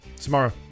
tomorrow